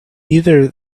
neither